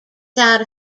side